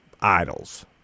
idols